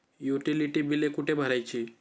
Utility बिले कुठे भरायची?